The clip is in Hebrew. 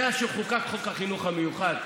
מאז שחוקק חוק החינוך המיוחד,